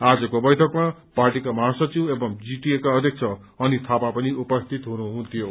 आजको बैठकमा पार्टीका महासचिव एंव जीटीए का अध्यक्ष अनित थापा पनि उपस्थित हुनुहुन्थ्यो